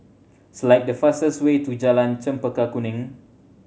select the fastest way to Jalan Chempaka Kuning